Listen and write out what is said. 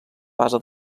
base